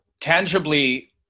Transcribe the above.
tangibly